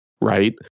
right